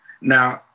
Now